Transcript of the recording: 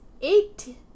eight